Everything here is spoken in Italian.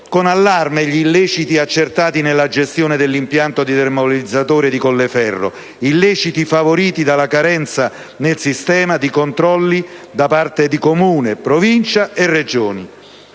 con allarme gli illeciti accertati nella gestione dell'impianto di termovalorizzazione di Colleferro, illeciti favoriti dalla carenza nel sistema di controlli da parte di Comune, Provincia e Regione.